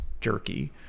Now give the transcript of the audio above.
jerky